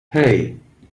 hey